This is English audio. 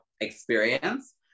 experience